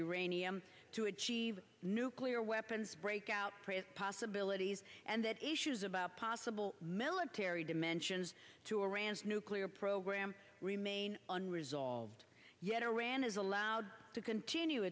uranium to achieve nuclear weapons breakout possibilities and that issues about possible military dimensions to iran's nuclear program remain unresolved yet iran is allowed to continue